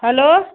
hello